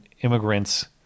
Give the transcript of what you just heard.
immigrants